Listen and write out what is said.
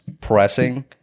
pressing